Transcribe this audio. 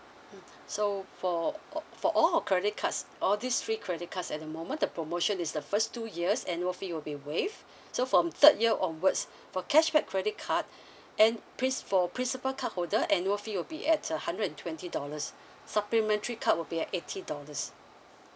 mm so for all for all our credit cards all these three credit cards at the moment the promotion is the first two years annual fee will be waived so from third year onwards for cashback credit card and princ~ for principle card holder annual fee will be at a hundred and twenty dollars supplementary card will be at eighty dollars